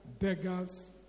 Beggars